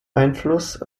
einfluss